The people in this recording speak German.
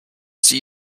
sie